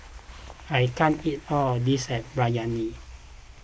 I can't eat all of this Biryani